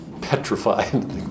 petrified